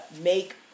make